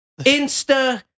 Insta